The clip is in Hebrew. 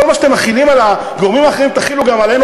מה שאתם מחילים על הגורמים האחרים תחילו גם עלינו,